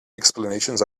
explanations